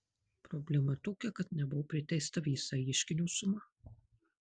problema tokia kad nebuvo priteista visa ieškinio suma